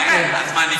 תראה, הזמן נגמר.